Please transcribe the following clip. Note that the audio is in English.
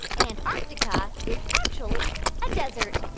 antarctica is actually a desert?